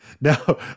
No